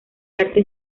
arte